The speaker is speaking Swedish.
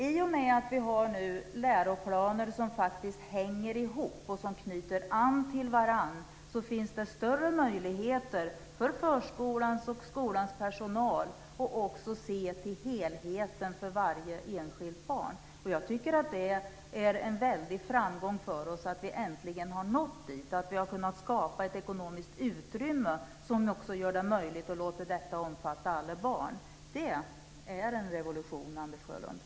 I och med att vi nu har läroplaner som faktiskt hänger ihop och som knyter an till varandra finns det större möjligheter för förskolans och skolans personal att också se till helheten för varje enskilt barn. Jag tycker att det är en väldig framgång för oss att vi äntligen har nått dit, att vi har kunnat skapa ett ekonomiskt utrymme som också gör det möjligt att låta detta omfatta alla barn. Det är en revolution, Anders Sjölund!